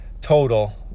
total